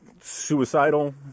suicidal